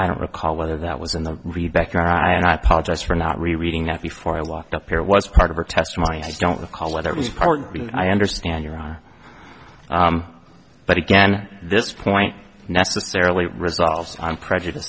i don't recall whether that was in the read back and i apologize for not rereading that before i walked up here was part of her testimony i don't recall whether it was partly i understand your honor but again this point necessarily resolves i'm prejudice